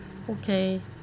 okay